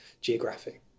geographic